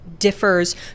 differs